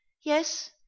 yes